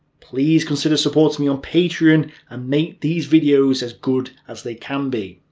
please consider supporting me on patreon and make these videos as good as they can be.